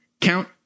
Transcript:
count